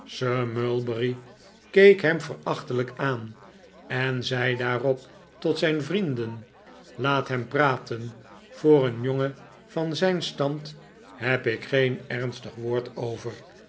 keek hem verachtelijk aan en zei daarop tot zijn vrienden laat hem praten voor een jongen van zijn stand heb ik geen ernstig woord over